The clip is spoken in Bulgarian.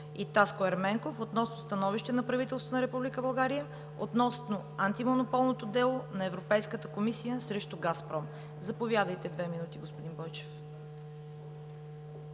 и Таско Ерменков относно становище на Република България относно антимонополното дело на Европейската комисия срещу „Газпром“. Заповядайте, господин Бойчев.